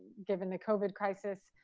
given the covert crisis,